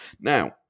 Now